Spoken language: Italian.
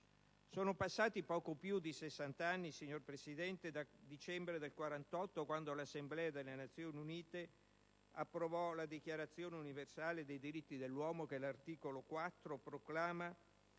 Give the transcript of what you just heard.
Sono passati poco più di 60 anni, signor Presidente, dal dicembre 1948, quando l'Assemblea delle Nazioni Unite approvò la Dichiarazione universale dei diritti dell'uomo, la quale all'articolo 4 proclama: